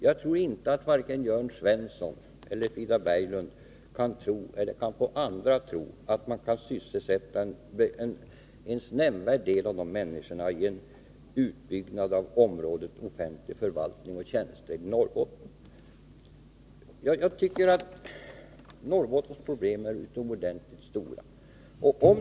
Jag tror inte att vare sig Jörn Svensson eller Frida Berglund kan tro — eller kan få andra att tro — att man kan sysselsätta ens en nämnvärd del av de människorna genom en utbyggnad av offentlig förvaltning och tjänster i Norrbotten. Norrbottens problem är utomordentligt stora.